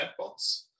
chatbots